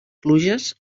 pluges